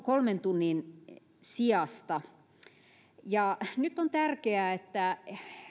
kolmen tunnin sijasta nyt on tärkeää että